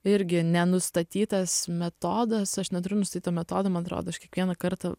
irgi nenustatytas metodas aš neturiu nustatyto metodo man atrodo aš kiekvieną kartą